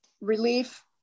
relief